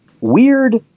weird